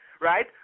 right